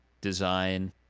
design